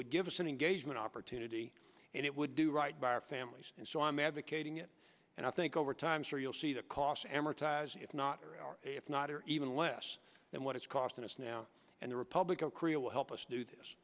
would give us an engagement opportunity and it would do right by our families and so i'm advocating it and i think over time sir you'll see the cost amortizes if not if not or even less than what it's costing us now and the republic of korea will help us do this